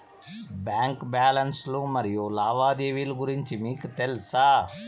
Bank balance లు మరియు లావాదేవీలు గురించి మీకు తెల్సా?